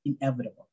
inevitable